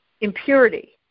impurity